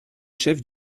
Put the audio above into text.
chefs